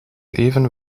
even